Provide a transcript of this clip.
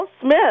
Smith